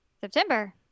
September